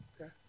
Okay